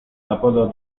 apodo